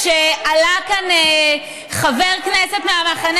מה זה